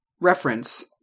reference